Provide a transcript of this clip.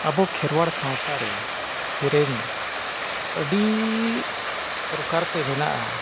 ᱟᱵᱚ ᱠᱷᱮᱨᱣᱟᱲ ᱥᱟᱶᱛᱟ ᱨᱮ ᱥᱮᱨᱮᱧ ᱟᱹᱰᱤ ᱯᱨᱚᱠᱟᱨ ᱛᱮ ᱢᱮᱱᱟᱜᱼᱟ